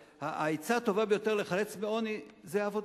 שהעצה הטובה ביותר להיחלץ מעוני זה עבודה,